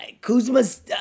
Kuzma's